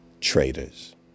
traitors